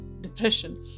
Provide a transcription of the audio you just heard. depression